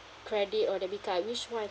credit or debit card which one